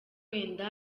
wenda